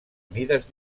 mides